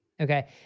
Okay